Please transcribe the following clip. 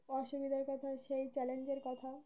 অসুবিধার কথা সেই চ্যালেঞ্জের কথা